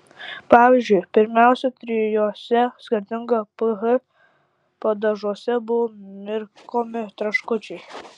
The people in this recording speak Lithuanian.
pavyzdžiui pirmiausia trijuose skirtingo ph padažuose buvo mirkomi traškučiai